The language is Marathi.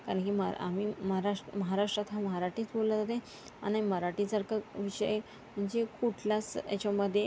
कारण की मग आम्ही महाराष महाराष्ट्रात हा मराठीच बोललं जाते आणि मराठीसारखं विषय म्हणजे कुठलाच याच्यामध्ये